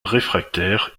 réfractaire